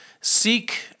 Seek